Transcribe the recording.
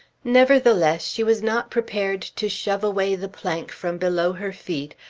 nevertheless she was not prepared to shove away the plank from below her feet,